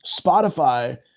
Spotify